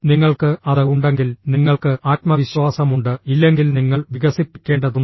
നിങ്ങൾക്ക് അത് ഉണ്ടെങ്കിൽ നിങ്ങൾക്ക് ആത്മവിശ്വാസമുണ്ട് ഇല്ലെങ്കിൽ നിങ്ങൾ വികസിപ്പിക്കേണ്ടതുണ്ട്